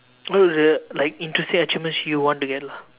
no it's like interesting achievements you want to get lah